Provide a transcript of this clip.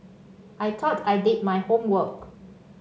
I thought I did my homework